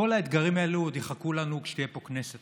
כל האתגרים האלה עוד יחכו לנו כשתהיה פה כנסת,